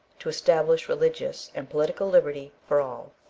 to establish religious and political liberty for all.